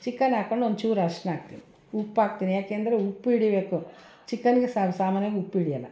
chicken ಹಾಕೊಂಡು ಒಂಚೂರು ಅರಶಿಣ ಹಾಕ್ತೀನಿ ಉಪ್ಪು ಹಾಕ್ತೀನಿ ಯಾಕೆ ಅಂದರೆ ಉಪ್ಪು ಹಿಡಿಬೇಕು ಚಿಕನ್ಗೆ ಸಾಮ್ ಸಾಮಾನ್ಯವಾಗಿ ಉಪ್ಪು ಹಿಡಿಯಲ್ಲ